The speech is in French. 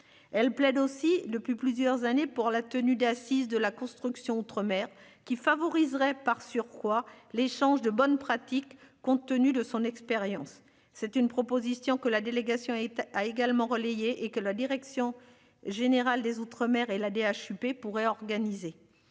Elle plaide aussi le plus plusieurs années pour la tenue d'Assises de la construction outre-mer qui favoriserait par surcroît. L'échange de bonnes pratiques. Compte tenu de son expérience. C'est une proposition que la délégation a également relayé et que la direction générale des Outre-mer et la DHUP pourrait organiser.